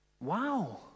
Wow